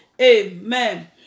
Amen